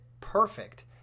perfect